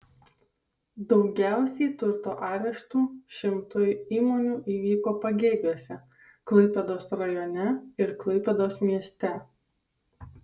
daugiausiai turto areštų šimtui įmonių įvyko pagėgiuose klaipėdos rajone ir klaipėdos mieste